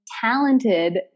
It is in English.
talented